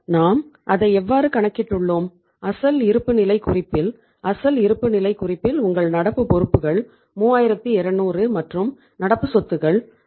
நாம் அதை எவ்வாறு கணக்கிட்டுள்ளோம் அசல் இருப்புநிலைக் குறிப்பில் அசல் இருப்புநிலைக் குறிப்பில் உங்கள் நடப்பு பொறுப்புகள் 3200 மற்றும் நடப்பு சொத்துக்கள் 5400 ஆகும்